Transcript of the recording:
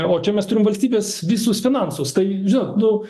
o čia mes turim valstybės visus finansus tai žinot nu